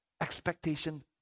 expectation